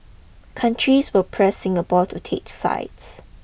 countries will press Singapore to take sides